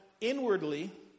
inwardly